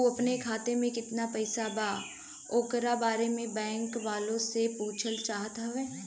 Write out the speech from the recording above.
उ अपने खाते में कितना पैसा बा ओकरा बारे में बैंक वालें से पुछल चाहत हवे?